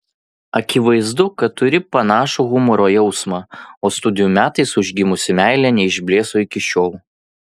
akivaizdu kad turi panašų humoro jausmą o studijų metais užgimusi meilė neišblėso iki šiol